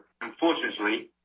unfortunately